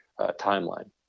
timeline